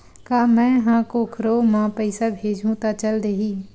का मै ह कोखरो म पईसा भेजहु त चल देही?